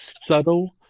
subtle